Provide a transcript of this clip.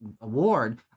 award